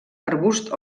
arbust